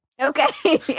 Okay